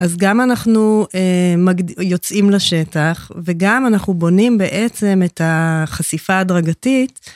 אז גם אנחנו... יוצאים לשטח וגם אנחנו בונים בעצם את החשיפה ההדרגתית